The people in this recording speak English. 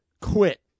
quit